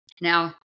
Now